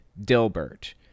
Dilbert